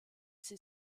sie